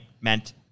meant